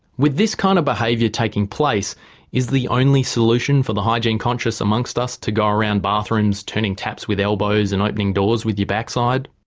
with this kind of behaviour taking place is the only solution for the hygiene conscious amongst us to go around bathrooms turning taps with elbows and opening doors with your backside?